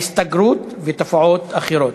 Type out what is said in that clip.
ההסתגרות ותופעות אחרות.